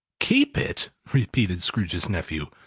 keep it! repeated scrooge's nephew.